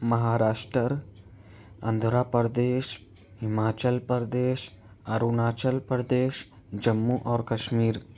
مہاراشٹر آندھرا پردیش ہماچل پردیش ارونانچل پردیش جموں اور کشمیر